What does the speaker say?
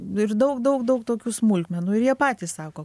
ir daug daug daug tokių smulkmenų ir jie patys sako